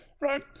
right